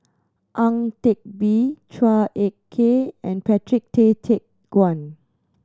Ang Teck Bee Chua Ek Kay and Patrick Tay Teck Guan